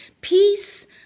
Peace